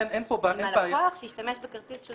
עם הלקוח שהשתמש בכרטיס?